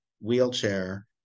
wheelchair